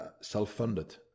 self-funded